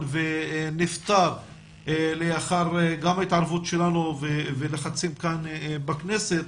ונפתר לאחר התערבות שלנו ולחצים כאן בכנסת.